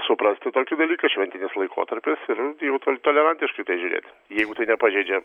suprasti tokį dalyką šventinis laikotarpis ir jau tol tolerantiškai žiūrėti jeigu tai nepažeidžia